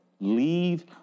leave